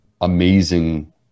amazing